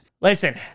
Listen